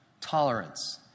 tolerance